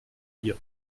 hier